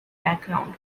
background